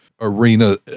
arena